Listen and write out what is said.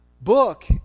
book